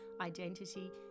identity